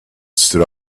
stood